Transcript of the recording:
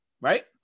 Right